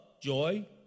joy